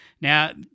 Now